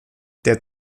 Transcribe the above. der